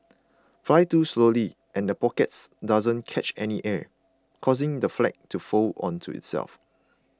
fly too slowly and the pockets doesn't catch any air causing the flag to fold onto itself